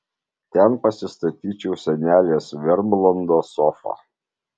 ten pasistatyčiau senelės vermlando sofą